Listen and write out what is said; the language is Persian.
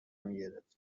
میگرفت